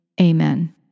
Amen